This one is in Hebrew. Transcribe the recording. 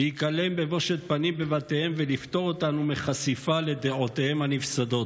להיכלם בבושת פנים בבתיהם ולפטור אותנו מחשיפה לדעותיהם הנפסדות.